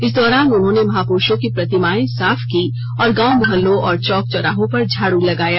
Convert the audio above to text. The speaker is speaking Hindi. इस दौरान उन्होंने महापुरुषों की प्रतिमाएं साफ की और गांव मोहल्लों और चौक चौराहे पर झाड़ लगाया